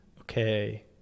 okay